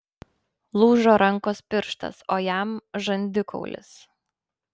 lūžo rankos pirštas o jam žandikaulis